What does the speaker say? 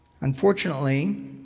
Unfortunately